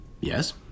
Yes